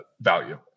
value